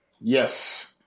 Yes